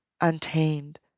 untamed